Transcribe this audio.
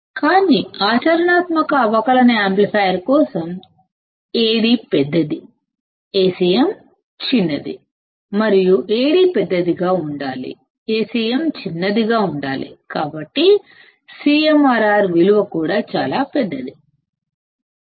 కానీ ఆచరణాత్మక అవకలన యాంప్లిఫైయర్ కోసం Ad విలువ ఎక్కువ Acm చిన్నది మరియు Ad పెద్దదిగా ఉండాలి Acm చిన్నదిగా ఉండాలి కాబట్టి CMRR విలువ కూడా చాలా ఎక్కువ